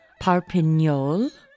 Parpignol